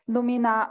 Lumina